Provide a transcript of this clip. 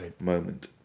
moment